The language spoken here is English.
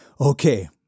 Okay